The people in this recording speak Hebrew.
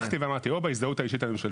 פתחתי ואמרתי, או בהזדהות אישית ממשלתית,